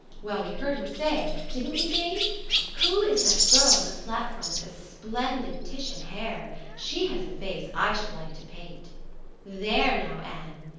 well, we heard him say didn't we, jane who is that girl on the platform with the splendid titian hair? she has a face i should like to paint there now, anne.